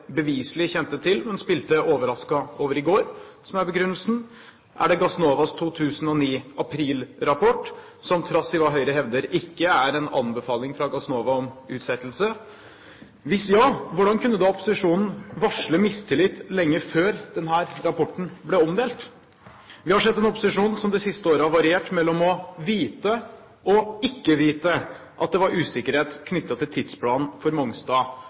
bevislig kjente til, men spilte overrasket over i går, som er begrunnelsen? Er det Gassnovas rapport fra april 2009, som trass i hva Høyre hevder, ikke er en anbefaling fra Gassnova om utsettelse? Hvis ja, hvordan kunne da opposisjonen varsle mistillit lenge før denne rapporten ble omdelt? Vi har sett en opposisjon som det siste året har variert mellom å vite og ikke vite at det var usikkerhet knyttet til tidsplanen for Mongstad.